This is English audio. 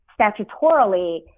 statutorily